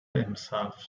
himself